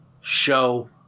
show